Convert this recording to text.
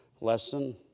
lesson